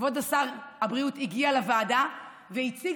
כבוד שר הבריאות הגיע לוועדה והציג